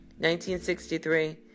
1963